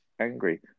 angry